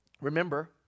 remember